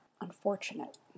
unfortunate